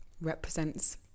Represents